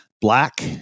black